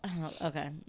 okay